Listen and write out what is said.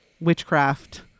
witchcraft